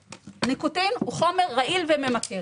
ניקוטין הוא חומר רעיל וממכר.